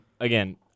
again